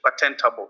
patentable